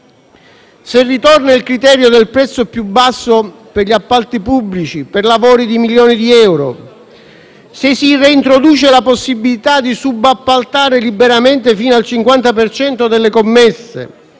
se ritorna il criterio del prezzo più basso per gli appalti pubblici e per lavori di milioni di euro, se si reintroduce la possibilità di subappaltare liberamente fino al 50 per cento delle commesse,